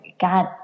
God